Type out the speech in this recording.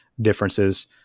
differences